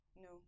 No